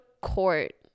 court